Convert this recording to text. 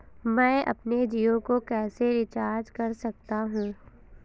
मैं अपने जियो को कैसे रिचार्ज कर सकता हूँ?